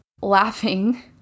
laughing